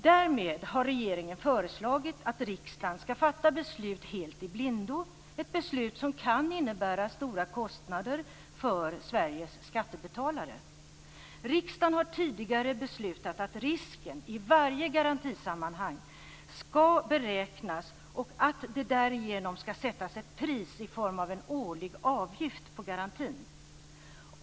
Därmed har regeringen föreslagit att riksdagen skall fatta beslut helt i blindo, ett beslut som kan innebära stora kostnader för Sveriges skattebetalare. Riksdagen har tidigare beslutat att risken i varje garantisammanhang skall beräknas och att det därigenom skall sättas ett pris i form av en årlig avgift på garantin.